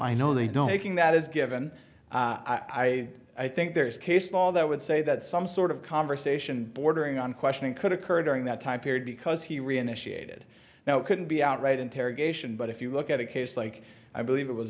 know they don't aching that is given i i i think there is case law that would say that some sort of conversation bordering on questioning could occur during that time period because he reinitiated now couldn't be out right interrogation but if you look at a case like i believe it was